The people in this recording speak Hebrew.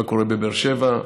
מה קורה בבאר שבע,